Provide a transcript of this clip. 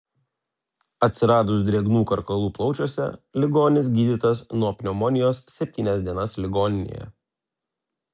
atsiradus drėgnų karkalų plaučiuose ligonis gydytas nuo pneumonijos septynias dienas ligoninėje